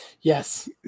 Yes